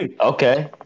Okay